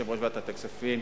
יושב-ראש ועדת הכספים,